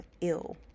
ill